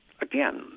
again